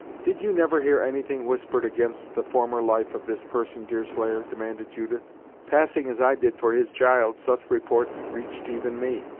did you never hear anything whispered against the former life of this person, deerslayer? demanded judith passing, as i did, for his child, such reports reached even me.